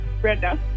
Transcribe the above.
Brenda